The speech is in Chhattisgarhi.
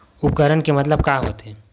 उपकरण के मतलब का होथे?